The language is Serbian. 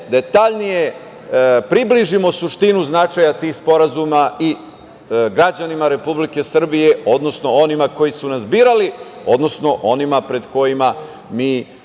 detaljnije približimo suštinu značaja tih sporazuma i građanima Republike Srbije, odnosno onima koji su nas birali, odnosno onima pred kojima mi